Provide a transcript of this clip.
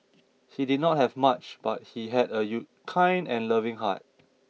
he did not have much but he had a U kind and loving heart